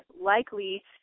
likely